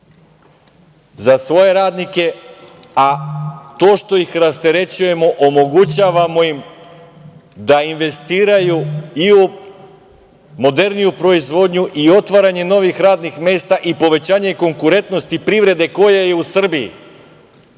za svoje radnike, a to što ih rasterećujemo omogućavamo im da investiraju i u moderniju proizvodnju i otvaranje novih radnih mesta i povećanje konkurentnosti privrede koja je u Srbiji,